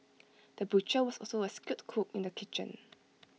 the butcher was also A skilled cook in the kitchen